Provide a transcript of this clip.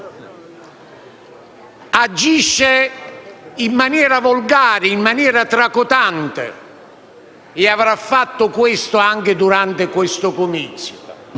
Agisce in maniera volgare, tracotante, e avrà fatto questo anche durante quel comizio.